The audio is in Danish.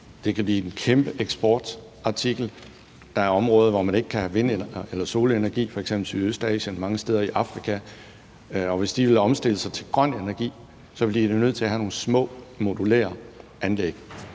Det kan blive en kæmpe eksportartikel. Der er områder, hvor man ikke kan have vind- eller solenergi, f.eks. i Sydøstasien og mange steder i Afrika. Og hvis de vil omstille sig til grøn energi, bliver de nødt til at have nogle små modulære anlæg.